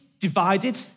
divided